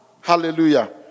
Hallelujah